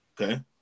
Okay